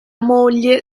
moglie